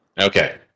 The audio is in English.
Okay